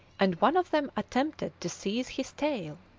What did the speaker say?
and one of them attempted to seize his tail.